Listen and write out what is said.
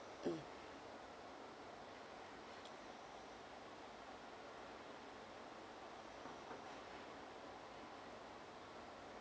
mm